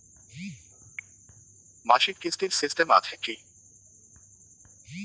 মাসিক কিস্তির সিস্টেম আছে কি?